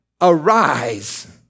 arise